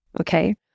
Okay